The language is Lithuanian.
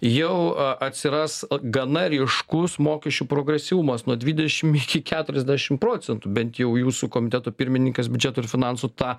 jau atsiras gana ryškus mokesčių progresyvumas nuo dvidešim iki keturiasdešim procentų bent jau jūsų komiteto pirmininkas biudžeto ir finansų tą